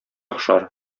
охшар